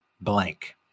blank